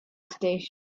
station